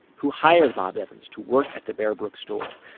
who hired bob evans to work at the bear brook store,